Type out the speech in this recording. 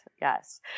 Yes